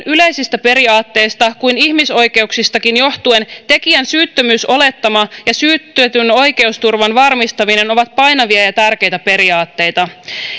yleisistä periaatteista kuin ihmisoikeuksistakin johtuen tekijän syyttömyysolettama ja syytetyn oikeusturvan varmistaminen ovat painavia ja ja tärkeitä periaatteita